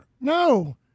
No